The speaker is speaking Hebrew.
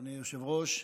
אדוני היושב-ראש.